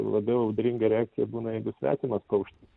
labiau audringa reakcija būna jeigu svetimas paukštis